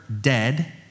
Dead